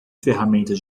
ferramentas